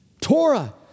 Torah